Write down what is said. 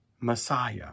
Messiah